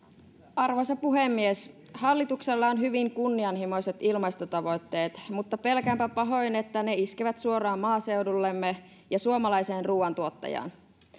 arvoisa puhemies hallituksella on hyvin kunnianhimoiset ilmastotavoitteet mutta pelkäänpä pahoin että ne iskevät suoraan maaseudullemme ja suomalaiseen ruuantuottajaan